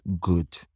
good